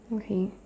okay